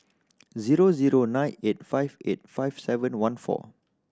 zero zero nine eight five eight five seven one four